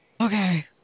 Okay